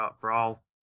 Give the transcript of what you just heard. Brawl